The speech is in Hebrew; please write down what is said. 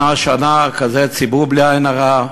שנה-שנה, כזה ציבור, בלי עין הרע,